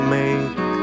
make